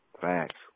Facts